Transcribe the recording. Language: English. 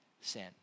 sin